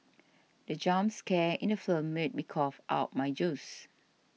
the jump scare in the film made me cough out my juice